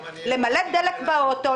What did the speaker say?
למלא דלק באוטו,